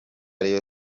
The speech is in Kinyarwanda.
rayon